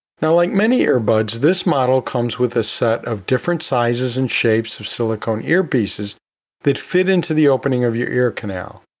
now, like many earbuds this model comes with a set of different sizes and shapes of silicone ear pieces that fit into the opening of your ear canal.